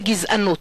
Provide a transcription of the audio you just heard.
בגזענות,